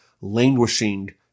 languishing